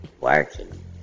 working